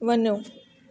वञो